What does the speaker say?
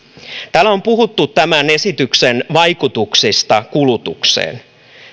täällä on puhuttu tämän esityksen vaikutuksista kulutukseen